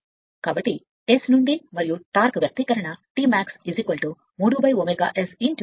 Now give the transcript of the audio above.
కాబట్టి S నుండి మరియు టార్క్ వ్యక్తీకరణ T max 3ω S0